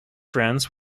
friends